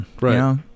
Right